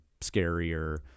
scarier